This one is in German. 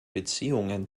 beziehungen